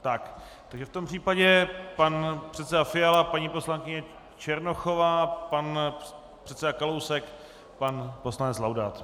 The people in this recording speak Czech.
Takže v tom případě pan předseda Fiala, paní poslankyně Černochová, pan předseda Kalousek, pan poslanec Laudát.